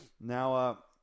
now